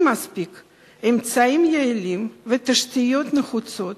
מספיק אמצעים יעילים ותשתיות נחוצות